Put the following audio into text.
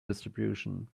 distribution